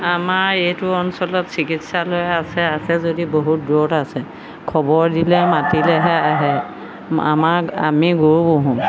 আমাৰ এইটো অঞ্চলত চিকিৎসালয় আছে আছে যদিও বহুত দূৰতহে আছে খবৰ দিলে মাতিলেহে আহে আমাৰ আমি গৰু পোহোঁ